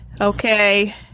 okay